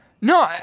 No